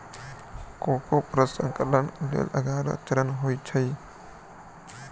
cocoa प्रसंस्करणक लेल ग्यारह चरण होइत अछि